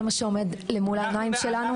זה מה שעומד למול העיניים שלנו.